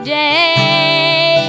day